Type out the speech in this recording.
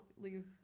leave